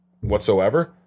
whatsoever